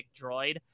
droid